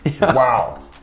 Wow